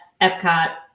Epcot